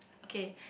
okay